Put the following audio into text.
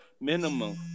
minimum